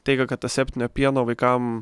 teigia kad aseptinio pieno vaikam